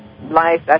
life